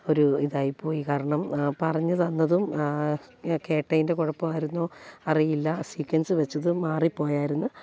ഒരു ഇതായി പോയി കാരണം പറഞ്ഞു തന്നതും കേട്ടതിൻ്റെ കുഴപ്പമായിരുന്നോ അറിയില്ല സീക്ക്വൻസ് വെച്ചത് മാറി പോയായിരുന്നു